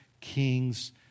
king's